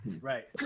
Right